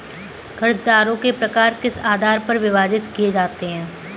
कर्जदारों के प्रकार किस आधार पर विभाजित किए जाते हैं?